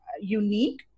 unique